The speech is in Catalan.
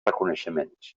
reconeixements